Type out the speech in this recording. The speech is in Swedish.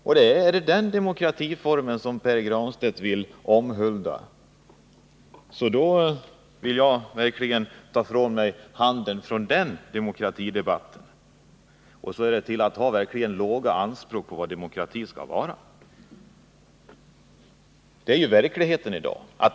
Om det är en sådan demokratiform som Pär Granstedt vill omhulda, så vill jag verkligen ta avstånd från den demokratidebatten. Det är till att ha låga anspråk på vad demokrati skall vara.